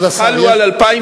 שחלו על 2008,